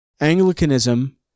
Anglicanism